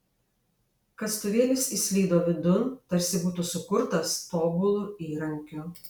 kastuvėlis įslydo vidun tarsi būtų sukurtas tobulu įrankiu